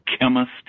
chemist